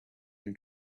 and